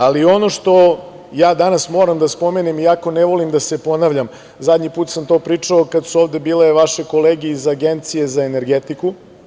Ali ono što danas moram da spomenem, iako ne volim da se ponavljam, zadnji put sam to pričao kad su ovde bile vaše kolege iz Agencije za energetiku.